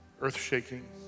earth-shaking